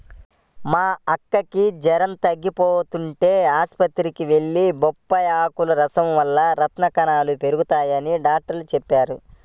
మా అక్కకి జెరం తగ్గకపోతంటే ఆస్పత్రికి వెళ్లాం, బొప్పాయ్ ఆకుల రసం వల్ల రక్త కణాలు పెరగతయ్యని డాక్టరు చెప్పారు